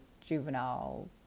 juvenile